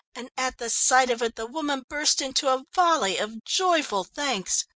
and at the sight of it the woman burst into a volley of joyful thanks.